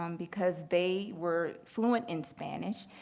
um because they were fluent in spanish,